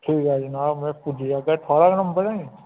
ठीक ऐ जनाब मै पुज्जी जाह्गा एह् थोआड़ा गै नंबर ऐ नी